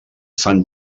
fan